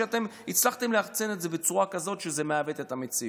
שאתם הצלחתם ליחצן את זה בצורה כזאת שזה מעוות את המציאות.